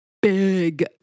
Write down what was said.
Big